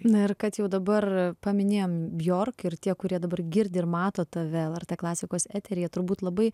na ir kad jau dabar paminėjom bjork ir tie kurie dabar girdi ir mato tave lrt klasikos eteryje turbūt labai